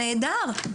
נהדר,